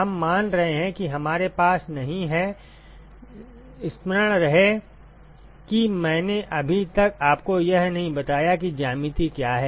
हम मान रहे हैं कि हमारे पास नहीं है स्मरण रहे कि मैंने अभी तक आपको यह नहीं बताया कि ज्यामिति क्या है